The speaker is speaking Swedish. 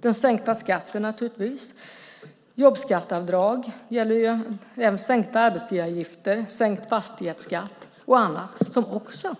Den sänkta skatten, jobbskatteavdrag, sänkta arbetsgivaravgifter, sänkt fastighetsskatt och annat kommer också